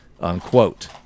unquote